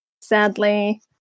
sadly